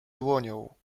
dłonią